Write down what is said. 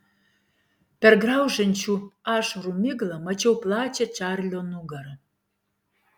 per graužiančių ašarų miglą mačiau plačią čarlio nugarą